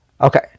Okay